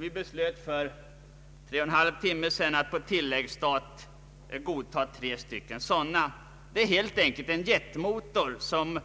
Vi beslöt för tre och en halv timme sedan att på tilläggsstat godta tre sådana. En gasturbin är helt enkelt en jetmotor som